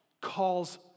calls